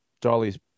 Dolly's